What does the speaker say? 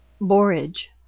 Borage